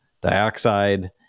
dioxide